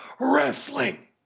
wrestling